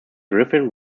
griffin